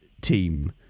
team